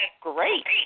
great